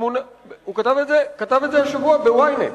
הוא כתב את זה השבוע ב-Ynet.